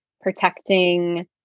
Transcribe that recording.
protecting